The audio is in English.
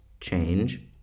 change